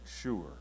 sure